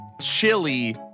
Chili